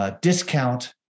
discount